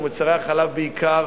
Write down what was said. או מוצרי החלב בעיקר,